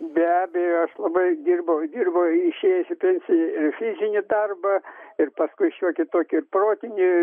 be abejo aš labai dirbau ir dirbau išėjęs į pensiją ir fizinį darbą ir paskui šiokį tokį ir protinį